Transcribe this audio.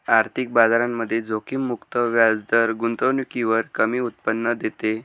आर्थिक बाजारामध्ये जोखीम मुक्त व्याजदर गुंतवणुकीवर कमी उत्पन्न देते